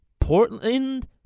Portland